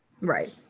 Right